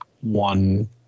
one